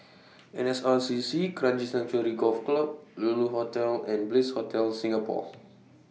N S R C C Kranji Sanctuary Golf Club Lulu Hotel and Bliss Hotel Singapore